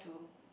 to